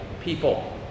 people